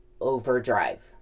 overdrive